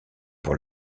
pour